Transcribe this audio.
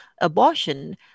abortion